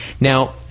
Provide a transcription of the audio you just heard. Now